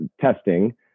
testing